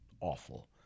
awful